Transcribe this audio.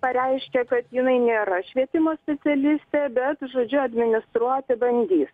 pareiškė kad jinai nėra švietimo specialistė bet žodžiu administruoti bandys